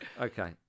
Okay